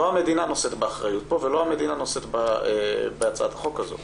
לא המדינה נושאת באחריות כאן ולא המדינה נושאת בהצעת החוק הזאת.